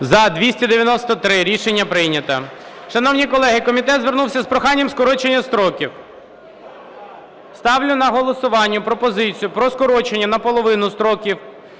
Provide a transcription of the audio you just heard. За-293 Рішення прийнято. Шановні колеги, комітет звернувся з проханням скорочення строків. Ставлю на голосування пропозицію про скорочення наполовину строків